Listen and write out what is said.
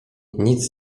nic